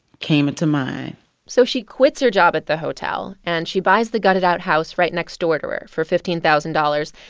came into mind so she quits her job at the hotel, and she buys the gutted-out house right next door to her for fifteen thousand dollars.